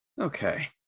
okay